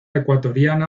ecuatoriana